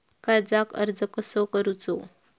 कर्जाक अर्ज कसो करूचो?